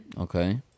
okay